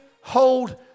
hold